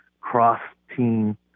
cross-team